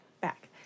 back